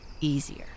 easier